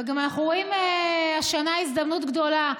ואנחנו גם רואים השנה הזדמנות גדולה,